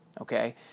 Okay